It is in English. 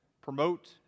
promote